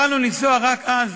והתחלנו לנסוע, רק אז